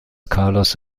carlos